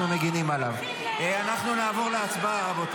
מגינים על החטופים, כל האנרגיות